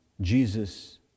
Jesus